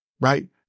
right